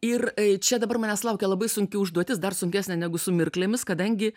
ir a čia dabar manęs laukia labai sunki užduotis dar sunkesnė negu su mirklėmis kadangi